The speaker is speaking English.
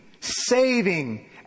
Saving